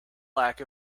lack